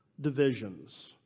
divisions